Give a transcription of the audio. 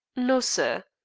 no, sir.